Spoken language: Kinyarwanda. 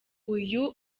uyu